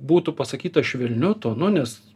būtų pasakyta švelniu tonu nes